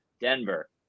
Denver